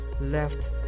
left